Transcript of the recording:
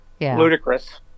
ludicrous